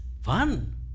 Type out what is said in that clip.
fun